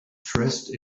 dressed